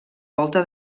volta